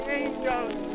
angels